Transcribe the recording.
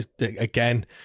again